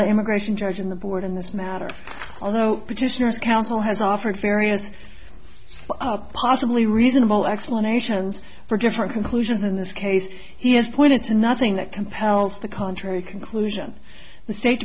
the immigration judge in the board in this matter although petitioners counsel has offered various possibly reasonable explanations for different conclusions in this case he has pointed to nothing that compels the contrary conclusion the state